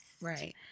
Right